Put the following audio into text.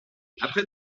après